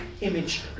image